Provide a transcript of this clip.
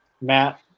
Matt